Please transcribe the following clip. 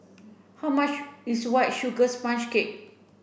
how much is white sugar sponge cake